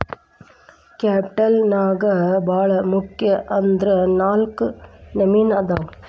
capital ನ್ಯಾಗ್ ಭಾಳ್ ಮುಖ್ಯ ಅಂದ್ರ ನಾಲ್ಕ್ ನಮ್ನಿ ಅದಾವ್